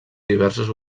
diverses